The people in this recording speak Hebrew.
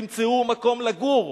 תמצאו מקום לגור,